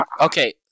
Okay